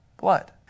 blood